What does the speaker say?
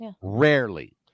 rarely